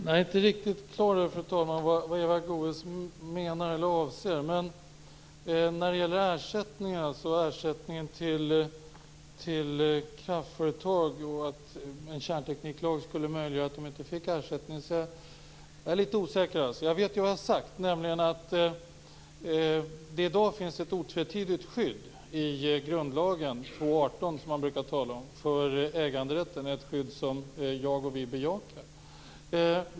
Fru talman! Jag är inte riktigt på det klara med vad Eva Goës avser när det gäller ersättningen till kraftföretag och att kärntekniklagen skulle möjliggöra att de inte fick ersättning. Jag litet osäker. Men jag vet ju vad jag har sagt, nämligen att det i dag finns ett otvetydigt skydd för äganderätten i grundlagen 2 kap. 18 §, som man brukar tala om. Det är ett skydd som jag och vi bejakar.